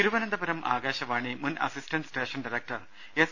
തിരുവനന്തപുരം ആകാശവാണി മുൻ assistant station director S